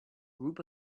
group